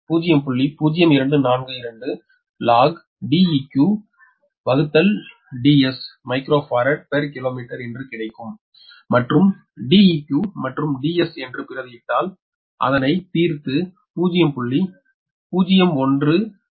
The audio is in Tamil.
0242 log DeqDsமைக்ரோ பாரட் பெர் கிலோமீட்டர் என்று கிடைக்கும் மற்றும் 𝐷𝑒q மற்றும் 𝐷𝑠 என்று பிரதியிட்டால் அதனை தீர்த்து 0